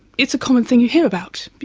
it's a common thing you hear about,